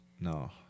No